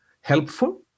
helpful